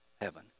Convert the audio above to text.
heaven